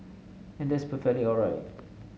and that's perfectly all right